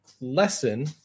lesson